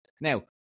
Now